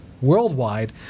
worldwide